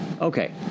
Okay